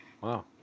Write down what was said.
Wow